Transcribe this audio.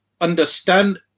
understand